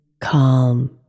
calm